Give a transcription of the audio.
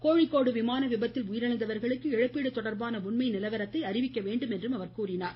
கோழிக்கோடு விமான விபத்தில் உயிரிழந்தவர்களுக்கு இழப்பீடு தொடர்பான உண்மை நிலவரத்தை அறிவிக்க வேண்டும் என்றும் அவர் கோரினார்